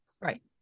Right